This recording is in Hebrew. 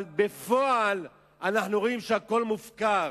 אבל בפועל אנחנו רואים שהכול מופקר,